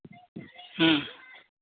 ᱦᱮᱸ